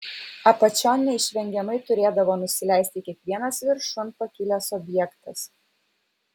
apačion neišvengiamai turėdavo nusileisti kiekvienas viršun pakilęs objektas